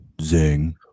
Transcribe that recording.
zing